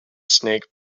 snake